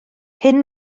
hyn